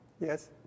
Yes